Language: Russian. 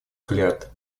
взгляд